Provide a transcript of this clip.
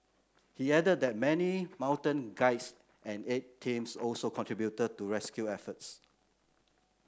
he added that many mountain guides and aid teams also contributed to rescue efforts